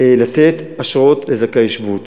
לתת אשרות לזכאי שבות.